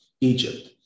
Egypt